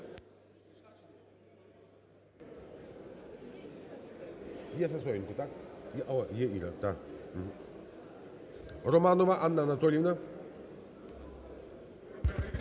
Романова Анна Анатоліївна.